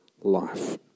life